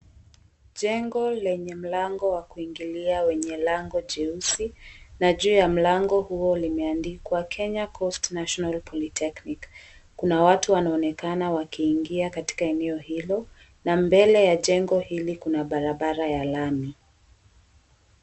Jengo lenye mlango wa kuingilia wenye lango jeusi na juu ya mlango huo limeandikwa "Kenya Coast National Polytechnic". Kuna watu wanaonekana wakiingia katika eneo hilo na mbele ya jengo hili kuna barabara ya lami.